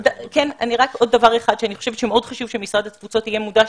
שמאוד חשוב שמשרד התפוצות יהיה מודע,